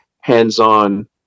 hands-on